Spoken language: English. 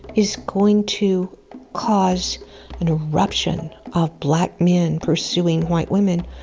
is going to cause an eruption of black men pursuing white women,